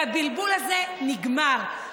הבלבול הזה נגמר,